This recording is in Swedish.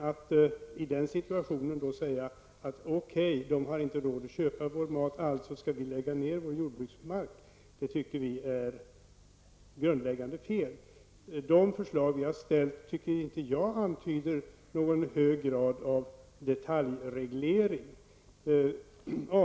Att i den situationen säga okej, de har inte råd att köpa vår mat och alltså skall vi lägga ner vår jordbruksmark, tycker vi är ett grundläggande fel. De förslag som vi har lagt fram tycker jag inte antyder någon hög grad av detaljreglering.